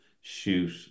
shoot